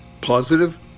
positive